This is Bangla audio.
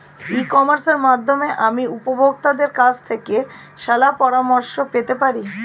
ই কমার্সের মাধ্যমে আমি উপভোগতাদের কাছ থেকে শলাপরামর্শ পেতে পারি?